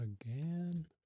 again